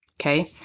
Okay